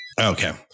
Okay